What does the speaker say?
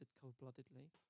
cold-bloodedly